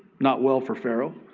not well for pharaoh.